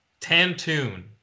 Tantoon